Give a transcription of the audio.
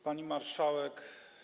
Pani Marszałek!